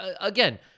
again